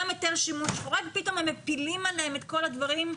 גם היתר שימוש חורג ופתאום הם מפילים עליהם את כל הדברים.